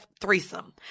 threesome